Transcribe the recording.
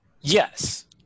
Yes